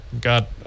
got